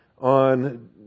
on